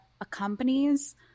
accompanies